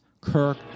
Kirk